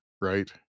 right